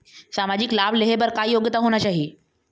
सामाजिक लाभ लेहे बर का योग्यता होना चाही?